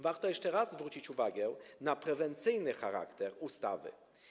Warto jeszcze raz zwrócić uwagę na prewencyjny charakter ustawy.